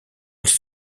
elles